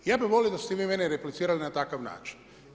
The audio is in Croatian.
Ja bih volio da ste vi meni replicirali na takav način.